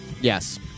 Yes